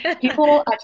People